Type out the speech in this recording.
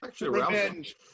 Revenge